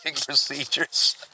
procedures